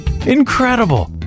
incredible